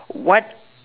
what